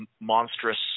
monstrous